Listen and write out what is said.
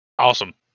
Awesome